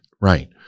right